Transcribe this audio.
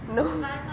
no